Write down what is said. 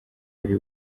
ari